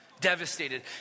devastated